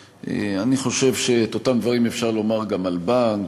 אני חושב שאת אותם דברים אפשר לומר גם על בנק